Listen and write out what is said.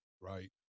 right